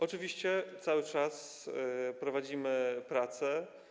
Oczywiście cały czas prowadzimy prace.